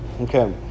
Okay